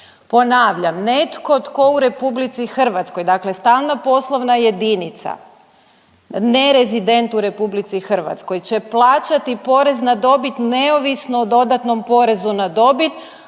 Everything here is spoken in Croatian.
Ponavljam, netko tko u RH, dakle stalna poslovna jedinica, nerezident u RH će plaćati porez na dobit neovisno o dodatnom porezu na dobit